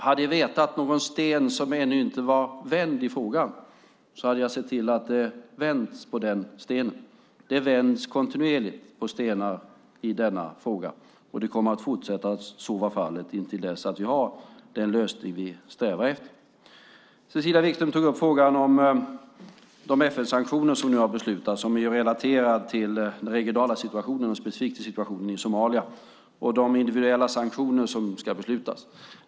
Hade jag känt till någon sten som ännu inte var vänd i frågan hade jag sett till att det hade vänts på den stenen. Det vänds kontinuerligt på stenar i denna fråga, och det kommer att fortsätta att så vara fallet intill dess att vi har den lösning som vi strävar efter. Cecilia Wigström tog upp frågan om de FN-sanktioner som nu har beslutats och som är relaterade till den regionala situationen och specifikt till situationen i Somalia och de individuella sanktioner som ska beslutas.